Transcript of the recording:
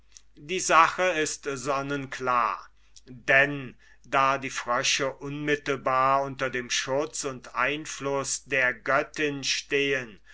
die sache ist sonnenklar denn da die frösche unmittelbar unter dem schutz und einfluß der göttin stehen